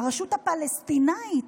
הרשות הפלסטינית